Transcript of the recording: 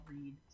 read